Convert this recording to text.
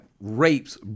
rapes